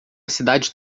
cidade